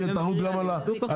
אז תהיה תחרות גם על הכמות?